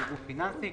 פיננסים.